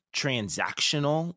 transactional